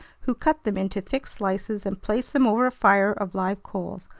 who cut them into thick slices and placed them over a fire of live coals,